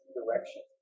direction